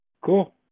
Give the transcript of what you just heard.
cool